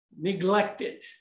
neglected